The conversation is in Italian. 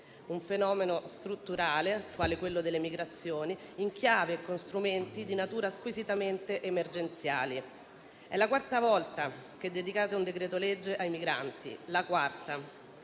un fenomeno strutturale, quale quello delle migrazioni, in chiave e con strumenti di natura squisitamente emergenziale. È la quarta volta che dedicate a un decreto-legge ai migranti: la quarta.